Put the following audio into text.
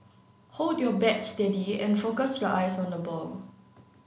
hold your bat steady and focus your eyes on the ball